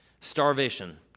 starvation